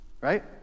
Right